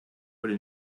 would